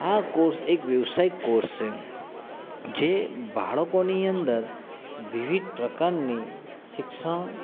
આ કોર્સ એક વ્યવસાયિક કોર્સ છે જે બાળકોની અંદર વિવિધ પ્રકારની શિક્ષણ